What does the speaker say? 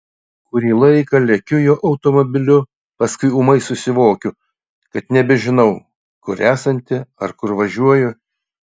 kurį laiką lekiu jo automobiliu paskui ūmai susivokiu kad nebežinau kur esanti ar kur važiuoju